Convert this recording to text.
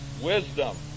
Wisdom